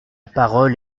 parole